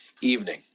evening